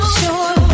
sure